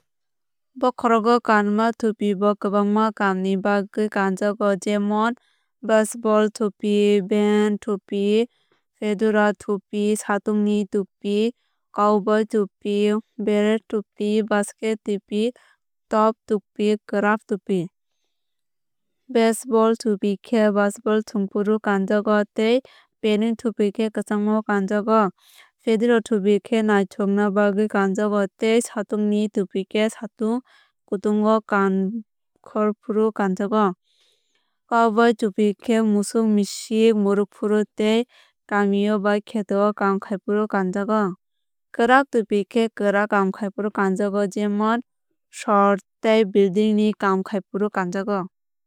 Bokhorogo kanma tupi bo kwbangma kaam ni bagwui kanjago jemon baseball tupi beane tupi fedora tupi satung ni tupi cowboy tupi beret tupi bucket tipi top tupi kwrak tupi. Baseball tupi khe baseball thwngfru kanjago tei beanie tupi khe kwchangma o kanjago. Fedora tupi khe naithokna bagwui kanjago tei staung ni tupi khe satung kutung o nongkhorfru kanajago. Cowboy tupi khe musuk misip murwkfru tei kami o ba kheto o kaam khaifru kanjago. Kwrak tupi khe kwrak kaam khaifru kanjago jemon sor tei building ni kaam khaifru kanjago.